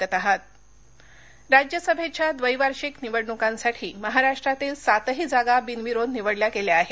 राज्यसभा बिनविरोध राज्यसभेच्या द्वैवार्षिक निवडणुकांसाठी महाराष्ट्रातील सातही जागा बिनविरोध निवडल्या गेल्या आहेत